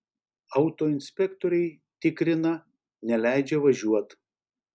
autoinspektoriai tikrina neleidžia važiuot